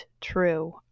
true